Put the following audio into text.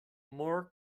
more